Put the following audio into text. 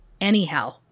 Anyhow